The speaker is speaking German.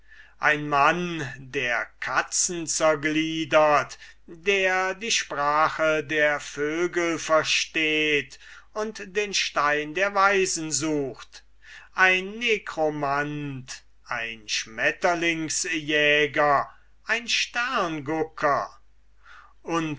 ein mann der katzen zergliedert der die sprache der vögel versteht und den stein der weisen sucht ein nekromant ein schmetterlingsjäger ein sterngucker